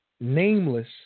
nameless